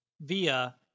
via